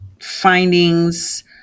findings